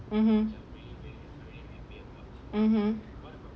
mmhmm